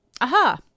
Aha